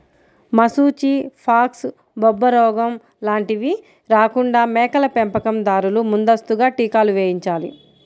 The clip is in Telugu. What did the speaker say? మశూచి, ఫాక్స్, బొబ్బరోగం లాంటివి రాకుండా మేకల పెంపకం దారులు ముందస్తుగా టీకాలు వేయించాలి